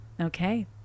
Okay